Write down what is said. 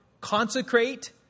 Consecrate